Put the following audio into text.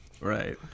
Right